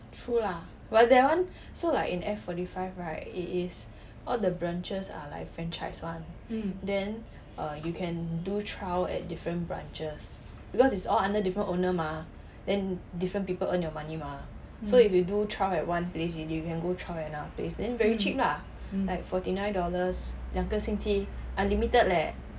true lah but that [one] so like in F forty five right it is all the branches are like franchise [one] then you can do trial at different branches because it's all under different owner mah then different people earn your money mah so if you do trial at one place already you can go trial at another place then very cheap lah like forty nine dollars 两个星期 unlimited eh !wah! ya lah 那个很远